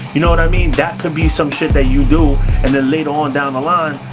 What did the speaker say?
you know what i mean? that could be some shit that you do and then later on down the line,